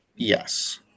Yes